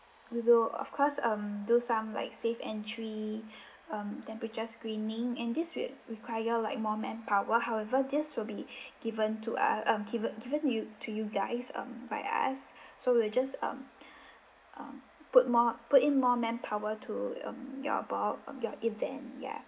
we will of course um do some like safe entry um temperature screening and this will require like more manpower however this will be given to uh um given given to you to you guys um by us so we will just um um put more put in more manpower to um your ball um your event ya